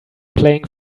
playing